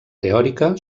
teòrica